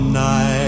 night